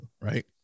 right